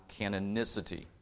canonicity